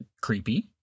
Creepy